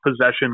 possession